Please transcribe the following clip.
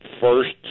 First